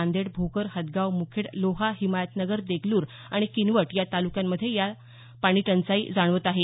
नांदेड भोकर हदगाव मुखेड लोहा हिमायतनगर देगलूर आणि किनवट या तालुक्यांमध्ये ही पाणीटंचाई जाणवत आहे